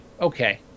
okay